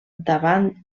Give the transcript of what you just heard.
davant